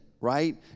right